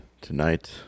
tonight